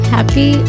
Happy